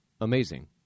amazing